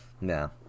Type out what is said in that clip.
No